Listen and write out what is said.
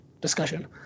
discussion